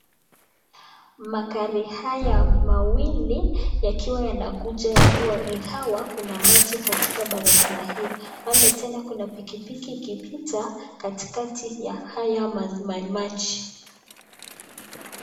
Magari haya mawili yakiwa yanakuja ikiwa kuna maji katika barabara hiyo. Pale tena kuna pikipiki ikipita katikati ya haya maji.